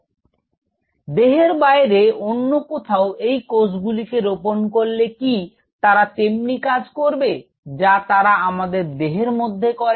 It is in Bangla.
তো দেহের বাইরে অন্য কোথাও এই কোষগুলিকে রোপণ করলে কি তারা তেমনি কাজ করবে যা তারা আমার দেহের মধ্যে করে